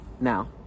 now